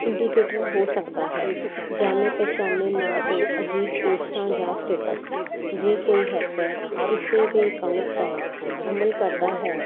indicator ਹੋ ਸਕਦਾ ਹੈ ਜਾਨੇ ਪਹਿਚਾਨੇ ਨਾ ਤੋਂ ਅਜੇ ਪੋਸਟਾਂ ਜਾਂ ਸਟੇਟਸ ਜੇ ਕੋਈ ਹੈਕਰ ਕਿਸੇ ਦੇ ਅਕਾਊਂਟ ਦਾ ਅਮਲ ਕਰਦਾ ਹੈ